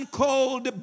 called